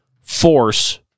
force